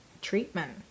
treatment